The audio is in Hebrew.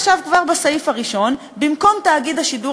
עכשיו כבר בסעיף הראשון: במקום "תאגיד השידור